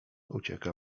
ucieka